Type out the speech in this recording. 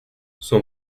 son